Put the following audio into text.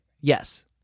Yes